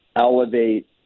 elevate